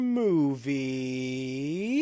movie